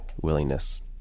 willingness